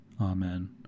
Amen